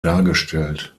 dargestellt